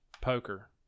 Poker